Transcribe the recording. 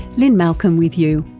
lynne malcolm with you.